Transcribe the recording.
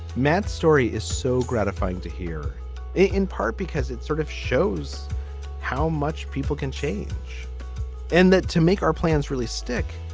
matt's story is so gratifying to hear it in part because it sort of shows how much people can change and that to make our plans really stick.